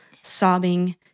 sobbing